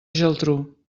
geltrú